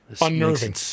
unnerving